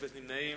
אין נמנעים.